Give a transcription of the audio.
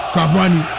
Cavani